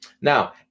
Now